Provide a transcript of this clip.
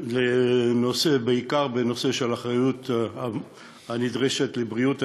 בעיקר בנושא האחריות הנדרשת לבריאות הציבור,